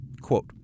Quote